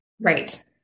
Right